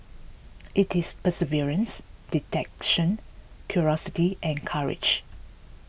it is perseverance detection curiosity and courage